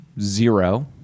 zero